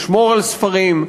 לשמור על ספרים,